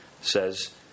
says